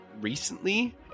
recently